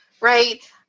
right